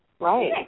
Right